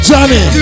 Johnny